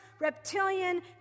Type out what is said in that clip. reptilian